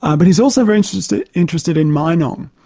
um but he's also very interested interested in meinong,